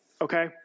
okay